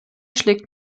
schlägt